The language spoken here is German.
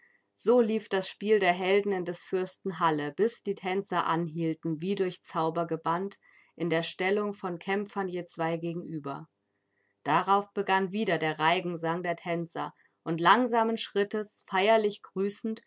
so lief das spiel der helden in des fürsten halle bis die tänzer anhielten wie durch zauber gebannt in der stellung von kämpfern je zwei gegenüber darauf begann wieder der reigensang der tänzer und langsamen schrittes feierlich grüßend